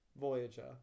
Voyager